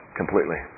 completely